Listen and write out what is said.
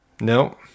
No